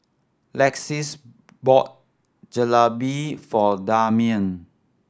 Lexis bought Jalebi for Damian